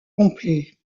complet